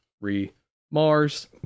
Re-Mars